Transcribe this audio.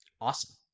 Awesome